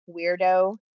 Weirdo